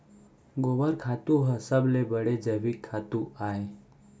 गोबर खातू ह सबले बड़े जैविक खातू अय